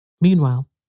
Meanwhile